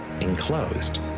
enclosed